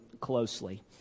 closely